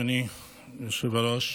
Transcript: אדוני היושב-ראש.